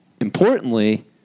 Importantly